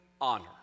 honor